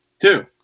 Two